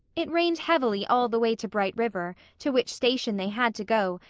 it rained heavily all the way to bright river, to which station they had to go,